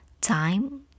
time